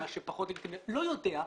לא יודע.